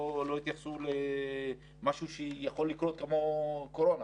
לא התייחסו בכלל למשהו שיכול לקרות כמו קורונה,